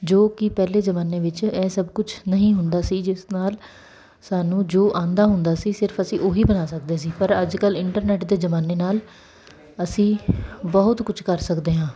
ਜੋ ਕਿ ਪਹਿਲੇ ਜ਼ਮਾਨੇ ਵਿੱਚ ਇਹ ਸਭ ਕੁਛ ਨਹੀਂ ਹੁੰਦਾ ਸੀ ਜਿਸ ਨਾਲ ਸਾਨੂੰ ਜੋ ਆਉਂਦਾ ਹੁੰਦਾ ਸੀ ਸਿਰਫ਼ ਅਸੀਂ ਉਹ ਹੀ ਬਣਾ ਸਕਦੇ ਸੀ ਪਰ ਅੱਜਕੱਲ੍ਹ ਇੰਟਰਨੈਟ ਦੇ ਜ਼ਮਾਨੇ ਨਾਲ ਅਸੀਂ ਬਹੁਤ ਕੁਛ ਕਰ ਸਕਦੇ ਹਾਂ